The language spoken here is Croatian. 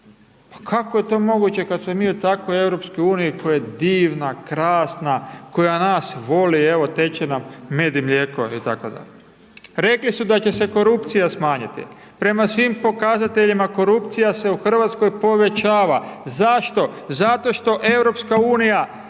pa kako je to moguće kad smo mi u takvoj EU koja je divna, krasna, koja nas voli, evo teče nam med i mlijeko, itd. Rekli su da će se korupcija smanjiti. Prema svim pokazateljima, korupcija se u RH povećava. Zašto? Zato što EU nije